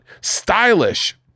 stylish